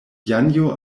janjo